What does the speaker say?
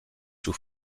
sous